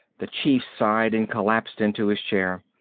the chief sighed and collapsed into his chair.